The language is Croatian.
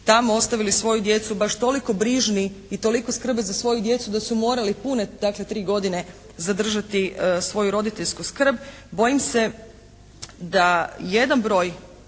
tamo ostavili svoju djecu baš toliko brižni i toliko skrbe za svoju djecu da su morali pune dakle tri godine zadržati svoju roditeljsku skrb. Bojim se da jedan broj